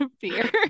beer